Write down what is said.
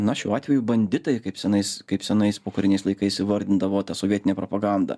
na šiuo atveju banditai kaip senais kaip senais pokariniais laikais įvardindavo ta sovietinė propaganda